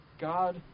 God